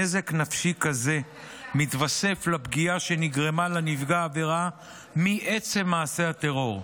נזק נפשי כזה מתווסף לפגיעה שנגרמה לנפגע העבירה מעצם מעשה הטרור,